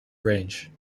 range